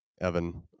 evan